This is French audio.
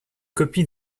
copie